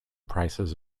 prices